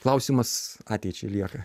klausimas ateičiai lieka